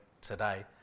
today